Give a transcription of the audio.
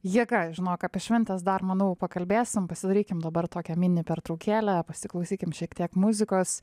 jėga žinok apie šventes dar manau pakalbėsim pasidarykim dabar tokią mini pertraukėlę pasiklausykim šiek tiek muzikos